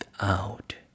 out